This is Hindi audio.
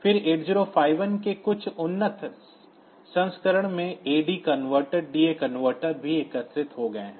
फिर 8051 के कुछ उन्नत संस्करण में AD कन्वर्टर्स DA कन्वर्टर्स भी एकीकृत हो गए हैं